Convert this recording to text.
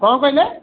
କ'ଣ କହିଲେ